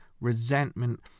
resentment